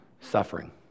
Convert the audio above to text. suffering